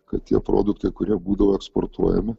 kad tie produktai kurie būdavo eksportuojami